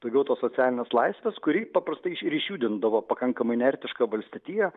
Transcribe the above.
daugiau tos socialinės laisvės kuri paprastai ir išjudindavo pakankamai inertišką valstietiją